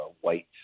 white